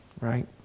right